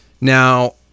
Now